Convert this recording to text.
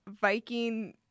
Viking